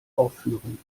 aufführen